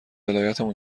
ولایتمون